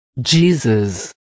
Jesus